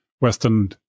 Western